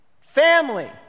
family